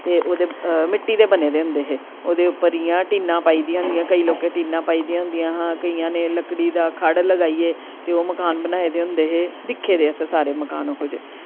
ते ओह् दे मिट्टी दे बने दे होंदे हे ओह्दो उप्पर इ'यां टीनां पाई दियां होंदियां केईं लोकें टीनां पाई दियां होंदियां हां केईयां ने लकड़ी दा खड़ लगाईयै ते ओह् मकान बनाए दे होंदे हे दिक्खे दे असें सारे मकान ओहो जेह्